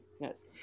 Yes